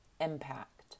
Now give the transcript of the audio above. impact